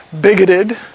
bigoted